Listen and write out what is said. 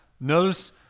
Notice